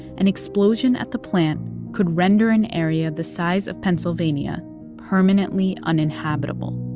an explosion at the plant could render an area the size of pennsylvania permanently uninhabitable